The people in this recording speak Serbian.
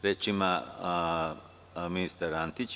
Reč ima ministar Antić.